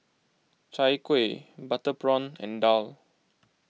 Chai Kuih Butter Prawn and Daal